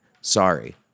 Sorry